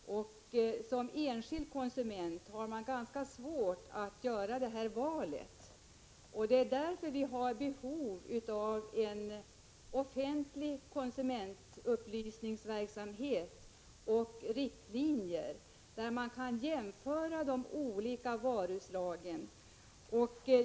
Herr talman! Jag vet inte om Nic Grönvall uppträder särskilt ofta i rollen som vanlig konsument. Om det vore så skulle Nic Grönvall kanske stämma ned tonläget litet. Vi har ett fantastiskt utbud av varor på marknaden, och som enskild konsument har man ganska svårt att göra ett val. Därför har vi behov av en offentlig konsumentupplysningsverksamhet och riktlinjer där man kan jämföra de olika varuslagen.